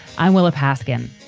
i will have paskin,